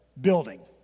building